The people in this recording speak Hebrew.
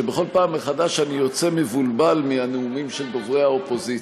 שבכל פעם מחדש אני יוצא מבולבל מהנאומים של דוברי האופוזיציה.